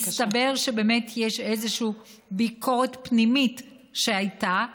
מסתבר שיש איזושהי ביקורת פנימית שהייתה.